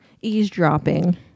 eavesdropping